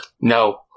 No